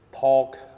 talk